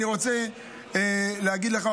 אני רוצה להגיד לך,